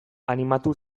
animatu